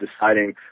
deciding